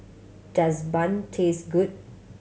does bun taste good